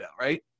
right